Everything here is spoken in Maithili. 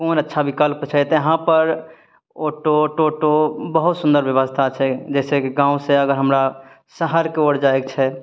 आओर अच्छा बिकल्प छै तऽ एहाँपर ऑटो टोटो बहुत सुन्दर व्यवस्था छै जैसेकी गाँवसे अगर हमरा शहरके ओर जाइक छै